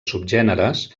subgèneres